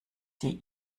die